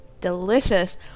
delicious